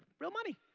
real money.